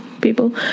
people